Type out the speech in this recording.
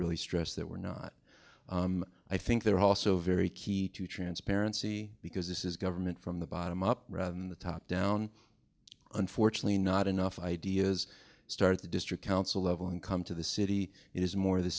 really stressed that we're not i think they're also very key to transparency because this is government from the bottom up rather than the top down unfortunately not enough ideas start the district council level and come to the city it is more